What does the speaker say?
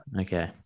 Okay